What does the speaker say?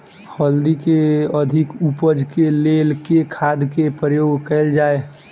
हल्दी केँ अधिक उपज केँ लेल केँ खाद केँ प्रयोग कैल जाय?